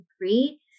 agree